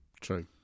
True